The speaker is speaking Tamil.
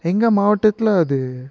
எங்கள் மாவட்டத்தில் அது